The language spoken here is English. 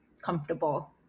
comfortable